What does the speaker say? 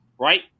right